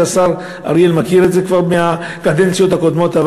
השר אריאל מכיר את זה כבר מהקדנציות הקודמות.